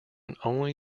only